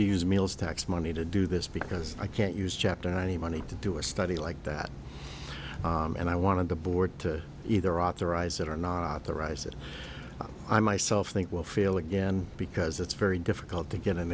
to use meals tax money to do this because i can't use chapter and any money to do a study like that and i wanted the board to either authorize it or not the rising i myself think will fail again because it's very difficult to get an